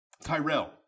Tyrell